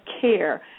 care